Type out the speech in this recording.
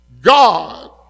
God